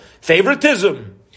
favoritism